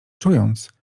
czując